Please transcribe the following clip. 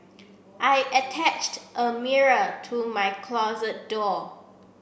I attached a mirror to my closet door